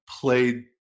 played